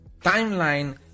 timeline